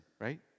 right